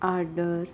order